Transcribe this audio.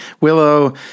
Willow